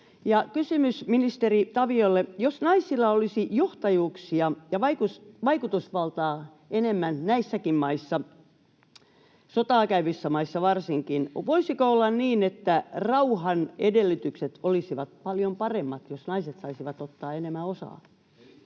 kysymys ministeri Taviolle: jos naisilla olisi johtajuuksia ja vaikutusvaltaa enemmän näissäkin maissa, sotaa käyvissä maissa varsinkin, voisiko olla niin, että rauhan edellytykset olisivat paljon paremmat, jos naiset saisivat ottaa enemmän osaa?